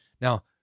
Now